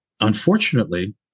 Unfortunately